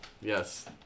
Yes